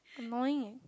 annoying eh